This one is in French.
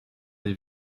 les